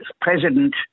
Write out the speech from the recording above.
president